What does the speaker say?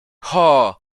hoooo